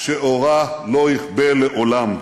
שאורה לא יכבה לעולם.